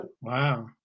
Wow